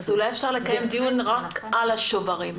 --- אולי אפשר לקיים דיון רק על השוברים.